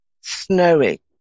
Snowy